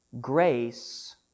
grace